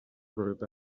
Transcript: group